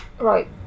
Right